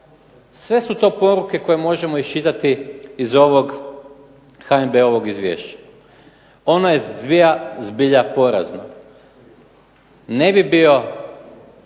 Sve su to poruke koje možemo iščitati iz ovog HNB-ovog izvješća. Ono je zbilja porazno. Ne bi bio